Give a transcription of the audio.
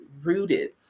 rooted